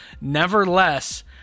nevertheless